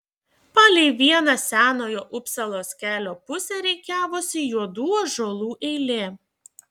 palei vieną senojo upsalos kelio pusę rikiavosi juodų ąžuolų eilė